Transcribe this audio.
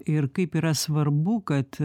ir kaip yra svarbu kad